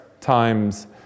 times